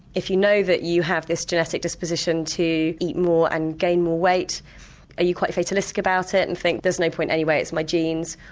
if you know that you have this genetic disposition to eat more and gain more weight are you quite fatalistic about it and think there's no point anyway, it's my genes.